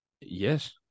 yes